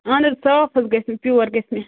اہن حظ صاف حظ گژھہِ مےٚ پِور گژھہِ مےٚ